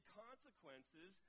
consequences